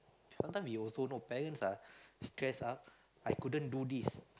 sometime you also know parents ah stress up I couldn't do this